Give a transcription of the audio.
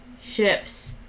ships